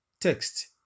Text